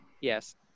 Yes